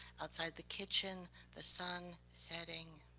outside the kitchen the sun setting.